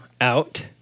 out